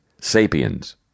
sapiens